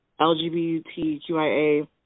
LGBTQIA